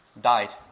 died